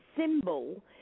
symbol